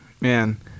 man